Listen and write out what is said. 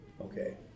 Okay